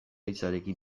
hitzarekin